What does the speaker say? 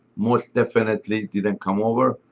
most definitely didn't come over.